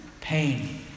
pain